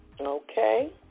Okay